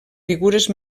figures